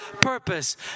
purpose